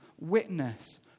witness